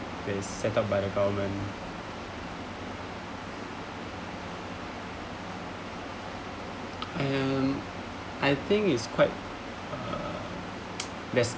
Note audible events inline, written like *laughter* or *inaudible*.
that is set up by the government and I think it's quite uh *noise* that's